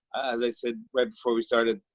as i said right before we started,